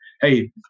Hey